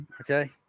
Okay